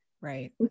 Right